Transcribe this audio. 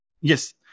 Yes